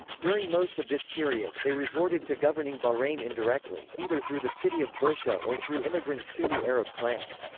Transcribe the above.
during most of this period, they resorted to governing bahrain indirectly, either through the city of bushehr or through immigrant sunni arab clans.